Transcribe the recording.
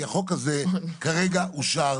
כי החוק הזה כרגע אושר